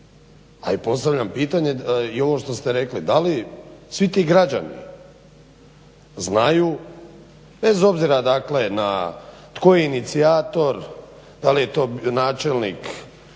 a i postavljam pitanje i ovo što ste rekli da li svi ti građani znaju, bez obzira dakle na tko je inicijator da li je to načelnik